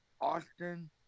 Austin